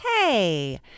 Hey